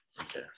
Okay